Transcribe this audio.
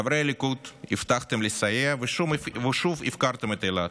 חברי הליכוד, הבטחתם לסייע, ושוב הפקרתם את אילת.